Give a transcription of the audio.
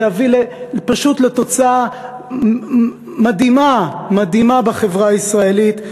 זה פשוט יביא לתוצאה מדהימה בחברה הישראלית,